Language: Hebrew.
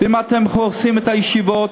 ואם אתם הורסים את הישיבות,